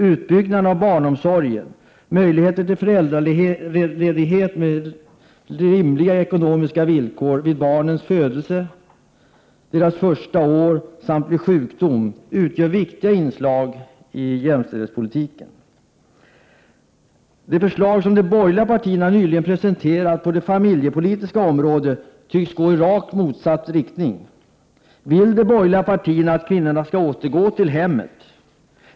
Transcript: Utbyggnad av barnomsorgen, möjligheter till föräldraledighet med rimliga ekonomiska villkor vid barns födelse och under deras första år samt vid sjukdom utgör viktiga inslag i jämställdhetspolitiken. De förslag som de borgerliga partierna nyligen presenterat på det familjepolitiska området tycks gå i rakt motsatt riktning. Vill de borgerliga partierna att kvinnorna skall återgå till hemmet?